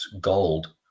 gold